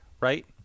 right